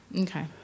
Okay